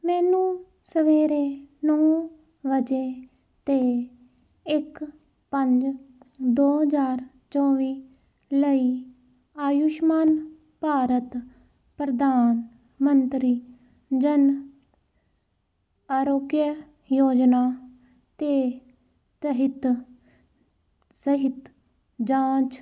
ਮੈਨੂੰ ਸਵੇਰੇ ਨੌਂ ਵਜੇ 'ਤੇ ਇੱਕ ਪੰਜ ਦੋ ਹਜ਼ਾਰ ਚੌਵੀ ਲਈ ਆਯੁਸ਼ਮਾਨ ਭਾਰਤ ਪ੍ਰਧਾਨ ਮੰਤਰੀ ਜਨ ਆਰੋਗਯ ਯੋਜਨਾ ਦੇ ਤਹਿਤ ਸਿਹਤ ਜਾਂਚ